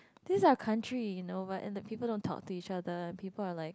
this are country you know but and the people don't talk to each other people are like